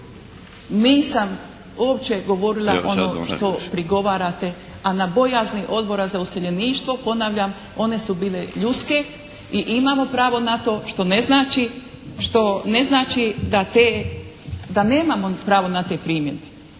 nisam uopće govorila ono što prigovarate a na bojazni Odbora za useljeništvo ponavljam one su bile ljudske i imamo pravo na to što ne znači, što ne znači da te,